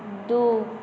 दू